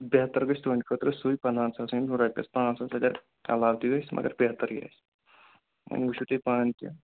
بہتر گژھِ تُہٕنٛدِ خٲطرٕ سُے پنٛدہن ساسَن ہُنٛد رۄپیَس پانٛژھ ساس اگر علاوٕ تہِ گژھِ تہٕ مگر بہترٕے آسہِ وۄنۍ وٕچھِو تُہۍ پانہٕ کینٛہہ